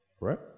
Right